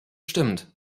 stimmt